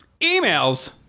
Emails